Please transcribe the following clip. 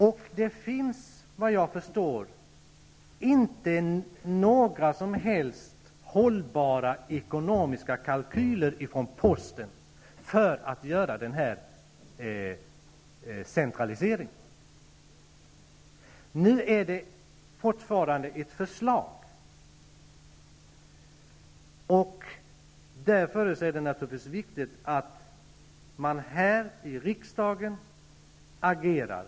Såvitt jag förstår finns det inte några som helst hållbara ekonomiska kalkyler från postens sida för en sådan här centralisering. Fortfarande handlar det om ett förslag. Därför är det viktigt att vi i riksdagen agerar.